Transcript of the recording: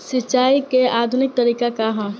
सिंचाई क आधुनिक तरीका का ह?